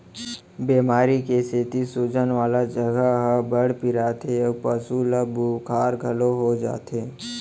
बेमारी के सेती सूजन वाला जघा ह बड़ पिराथे अउ पसु ल बुखार घलौ हो जाथे